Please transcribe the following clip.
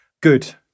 good